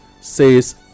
says